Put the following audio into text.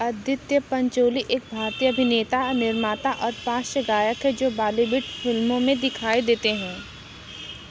आदित्य पंचोली एक भारतीय अभिनेता निर्माता और पार्श्व गायक हैं जो बॉलीवुड फिल्मों में दिखाई देते हैं